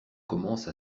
commence